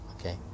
okay